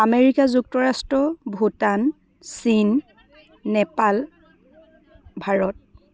America যুক্তৰাষ্ট্ৰ ভূটান চীন নেপাল ভাৰত